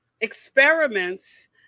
experiments